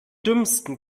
dümmsten